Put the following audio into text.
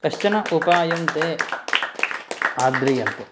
कश्चन उपायं ते आद्रीयन्ते